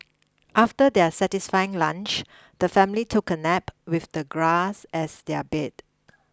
after their satisfying lunch the family took a nap with the grass as their bed